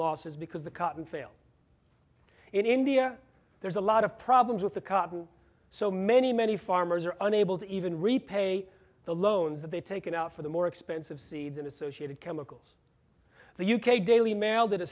losses because the cotton failed in india there's a lot of problems with the cotton so many many farmers are unable to even repay the loans that they've taken out for the more expensive seeds and associated chemicals the u k daily mail did a